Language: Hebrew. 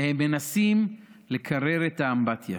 והם מנסים לקרר את האמבטיה.